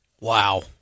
Wow